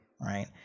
right